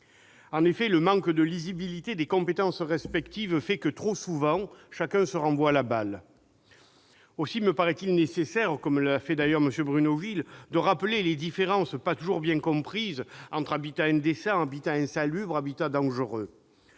En effet, le manque de lisibilité des compétences respectives fait que, trop souvent, chacun se renvoie la balle. Aussi me paraît-il nécessaire de rappeler, à l'instar de M. Bruno Gilles, les différences, qui ne sont pas toujours bien comprises, entre habitat indécent, habitat insalubre et habitat dangereux.